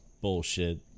bullshit